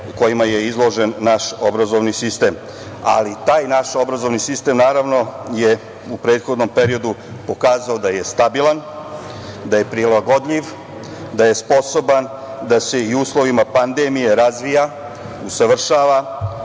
kojima je izložen naš obrazovni sistem. Taj naš obrazovni sistem naravno je u prethodnom periodu pokazao da je stabilan, da je prilagodljiv, da je sposoban da se i u uslovima pandemije razvija, usavršava,